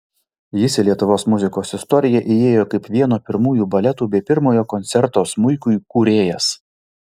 jis į lietuvos muzikos istoriją įėjo kaip vieno pirmųjų baletų bei pirmojo koncerto smuikui kūrėjas